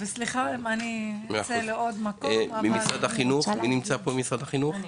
מי נמצא פה ממשרד החינוך?